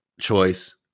choice